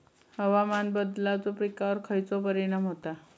हवामान बदलाचो पिकावर खयचो परिणाम होता?